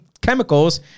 chemicals